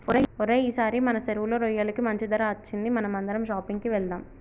ఓరై ఈసారి మన సెరువులో రొయ్యలకి మంచి ధర అచ్చింది మనం అందరం షాపింగ్ కి వెళ్దాం